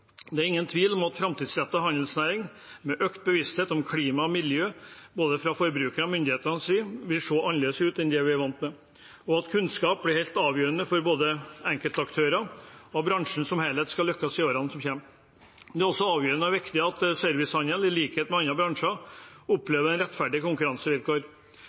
Det er ingen tvil om at en framtidsrettet handelsnæring, med økt bevissthet om klima og miljø både fra forbrukernes og myndighetenes side, vil se annerledes ut enn det vi er vant med, og at kunnskap blir helt avgjørende for at både enkeltaktører og bransjen som helhet skal lykkes i årene som kommer. Det er også avgjørende og viktig at servicehandelen, i likhet med andre bransjer, opplever rettferdige konkurransevilkår.